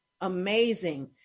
amazing